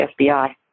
FBI